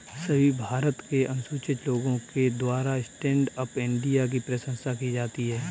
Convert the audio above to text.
सभी भारत के अनुसूचित लोगों के द्वारा स्टैण्ड अप इंडिया की प्रशंसा की जाती है